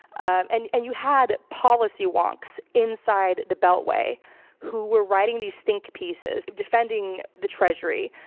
and and you had policy wonks inside the beltway who were writing these think pieces defending the treasury,